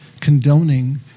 condoning